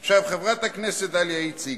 עכשיו, חברת הכנסת דליה איציק.